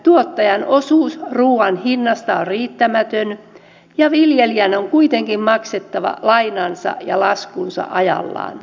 tuottajan osuus ruuan hinnasta on riittämätön ja viljelijän on kuitenkin maksettava lainansa ja laskunsa ajallaan